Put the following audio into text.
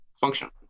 function